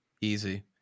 Easy